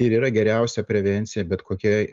ir yra geriausia prevencija bet kokiai